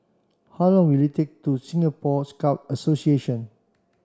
how long will it take to Singapore Scout Association